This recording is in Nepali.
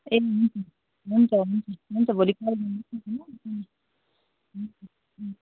ए हुन्छ हुन्छ हुन्छ भोलि कल गर्नुहोस् न ल बैनी हुन्छ हुन्छ